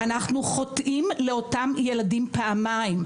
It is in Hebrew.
אנחנו חוטאים לאותם ילדים פעמיים,